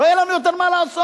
לא יהיה לנו יותר מה לעשות.